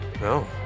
No